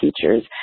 teachers